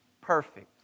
perfect